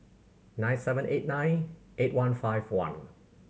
nine seven eight nine eight one five one